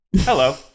Hello